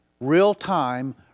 real-time